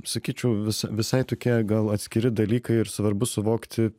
sakyčiau vis visai tokie gal atskiri dalykai ir svarbu suvokti